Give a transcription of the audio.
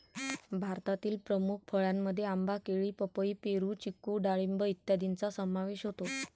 भारतातील प्रमुख फळांमध्ये आंबा, केळी, पपई, पेरू, चिकू डाळिंब इत्यादींचा समावेश होतो